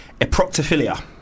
eproctophilia